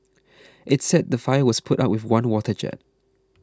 it's said the fire was put out with one water jet